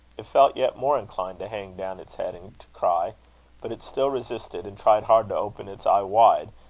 it felt yet more inclined to hang down its head and to cry but it still resisted, and tried hard to open its eye wide,